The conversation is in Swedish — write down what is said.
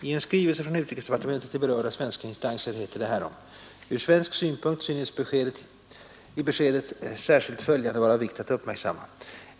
I en skrivelse från utrikesdepartementet till berörda svenska instanser heter det härom: ”Ur svensk synpunkt synes i beskedet särskilt följande vara av vikt att uppmärksamma.